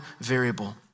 variable